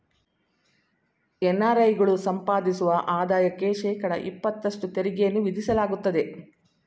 NRI ಗಳು ಸಂಪಾದಿಸುವ ಆದಾಯಕ್ಕೆ ಶೇಕಡ ಇಪತ್ತಷ್ಟು ತೆರಿಗೆಯನ್ನು ವಿಧಿಸಲಾಗುತ್ತದೆ